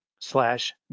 slash